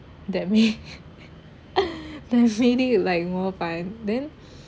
that we that made it like more fun